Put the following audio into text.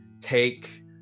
take